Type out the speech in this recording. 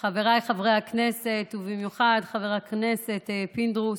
חבריי חברי הכנסת ובמיוחד חבר הכנסת פינדרוס,